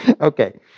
Okay